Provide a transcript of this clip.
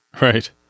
Right